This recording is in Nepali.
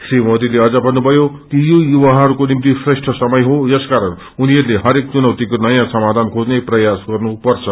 श्री मोदीले भन्नुभयो कि यो युवाहरूको निम्ति श्रेष्ठ समय हो यसकारण उनीहरूले हरेक चुनौतीको नयाँ समाधान खेज्ने प्रयास गर्नुर्पछ